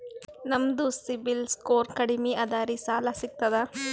ನಮ್ದು ಸಿಬಿಲ್ ಸ್ಕೋರ್ ಕಡಿಮಿ ಅದರಿ ಸಾಲಾ ಸಿಗ್ತದ?